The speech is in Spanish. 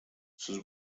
sus